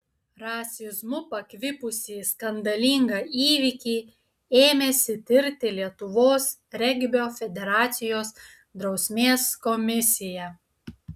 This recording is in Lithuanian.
rasizmu pakvipusį skandalingą įvykį ėmėsi tirti lietuvos regbio federacijos drausmės komisija